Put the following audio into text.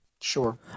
Sure